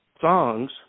songs